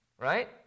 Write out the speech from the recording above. right